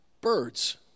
birds